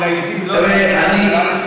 ולילדים לא תהיה,